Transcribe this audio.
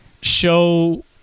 show